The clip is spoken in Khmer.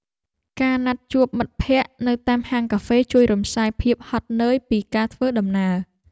ការណាត់ជួបមិត្តភក្ដិនៅតាមហាងកាហ្វេជួយរំសាយភាពហត់នឿយពីការធ្វើដំណើរ។